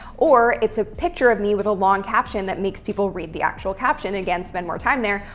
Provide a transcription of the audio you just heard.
or, it's a picture of me with a long caption that makes people read the actual caption, again, spend more time there.